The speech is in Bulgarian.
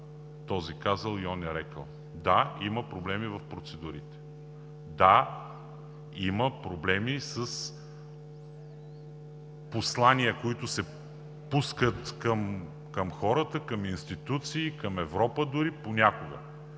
този казал и оня рекъл. Да, има проблеми в процедурите, да, има проблеми с посланията, които се пускат към хората, към институциите, понякога